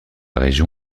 région